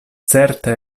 certe